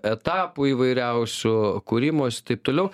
etapų įvairiausių kūrimosi taip toliau